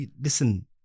Listen